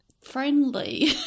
friendly